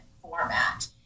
format